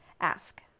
ask